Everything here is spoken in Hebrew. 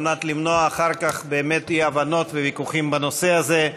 על מנת למנוע אחר כך אי-הבנות וויכוחים בנושא הזה,